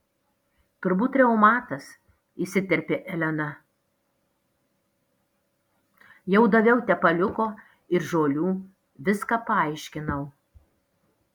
turbūt reumatas įsiterpė elena jau daviau tepaliuko ir žolių viską paaiškinau